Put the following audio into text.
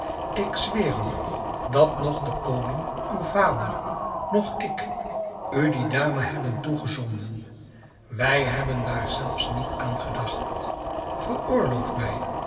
ik zweer u dat noch de koning uw vader noch ik u die dame hebben toegezonden wij hebben daar zelfs niet aan gedacht veroorloof mij